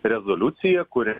rezoliuciją kuri